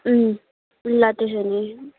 ल त्यसो भने